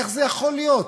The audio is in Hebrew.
איך זה יכול להיות?